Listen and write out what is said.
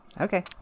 Okay